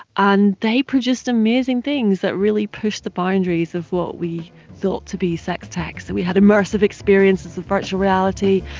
and they produced amazing things that really push the boundaries of what we thought to be sex-tech. so we had immersive experiences of virtual reality,